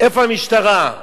איפה המשטרה?